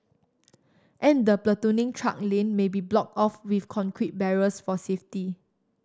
and the platooning truck lane may be blocked off with concrete barriers for safety